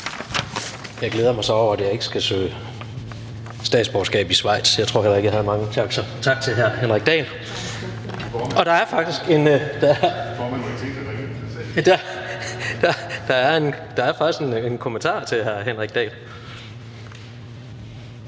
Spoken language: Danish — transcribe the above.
Jeg glæder mig så over, at jeg ikke skal søge statsborgerskab i Schweiz. Jeg tror heller ikke, at jeg havde mange chancer. Tak til hr. Henrik Dahl. Der er faktisk en kommentar til hr. Henrik Dahl